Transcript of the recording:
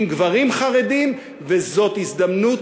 עם גברים חרדים, וזאת הזדמנות